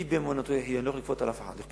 איש באמונתו יחיה, אני לא יכול לכפות על אף אחד.